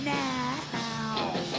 now